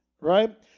right